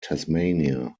tasmania